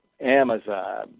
amazon